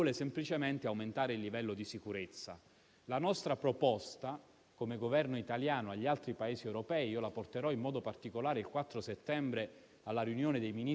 Voglio utilizzare questo passaggio in Parlamento per chiarire che il Governo nazionale nei suoi provvedimenti formali non aveva mai autorizzato